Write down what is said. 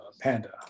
Panda